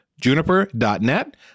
Juniper.net